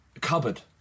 cupboard